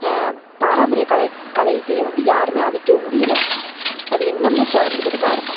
பாரம்பரிய கலை கலை இசையை வந்து யாருமே அழிக்கவும் முடியலை அது இன்னுமுமே தொடர்ந்துக்கிட்டு தான் இருக்கும்